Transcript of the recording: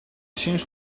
seems